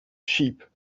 sheep